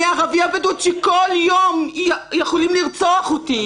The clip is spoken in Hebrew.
אני ערבייה בדואית שכל יום יכולים לרצוח אותי